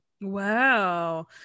Wow